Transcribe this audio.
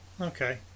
Okay